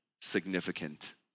significant